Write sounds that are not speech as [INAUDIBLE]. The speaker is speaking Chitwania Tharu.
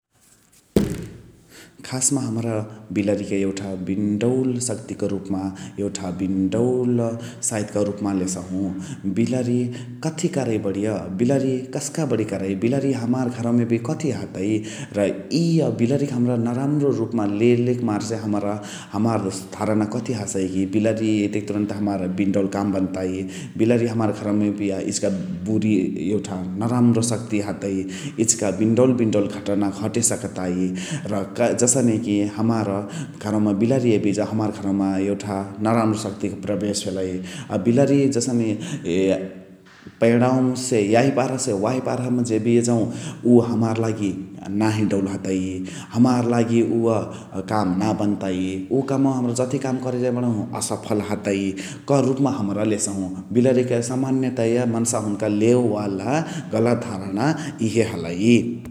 खास्मा हमरा बिलरी के बिन दौल सक्तिक रुप्मा यौटा बिन दौल सायत क रुप्मा लेसहु । बिलरी कथी करइ बरिय बिलरी कस्क बरिय करइ । बिलरी हमरा यबिय कथी हतइ र इय बिलरी हमरा नराम्रो रुप्मा लेलेके मार से हमरा हमार धाणना कथी हसइ बिलरी यइतेकी तुरुन्ते हमार बिन दौल काम बन्तइ । बिलरी हमरा घरौमा यबिय इचिका [HESITATION] यौठा नराम्रो सक्तिक हतइ इचिका बिन दौल बिन दौल घटना घटे सक्तइ र जसने कि हमार घरौ मा बिलरी यबिय जौ हमार घरौ मा यौठा नराम्रो सक्तिका प्रबेस हतइ । आ बिलरी जसने पैणावा से याहिपारा वाहिपारा मा जेबिय जौ उव हमार लागी नाही दौल हतइ हमार लागी उव काम ना बन्तइ उव कमवा जथी काम करे जइ बणहु उसफल हतइ क रुप्मा हमरा लेसहु । बिलरी के सम्मन्यतया मन्सावा लेवे वाला गलत घाणना इहे हलइ ।